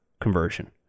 conversion